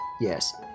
Yes